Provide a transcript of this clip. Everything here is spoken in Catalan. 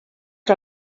que